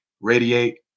radiate